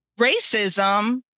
racism